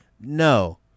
No